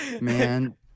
Man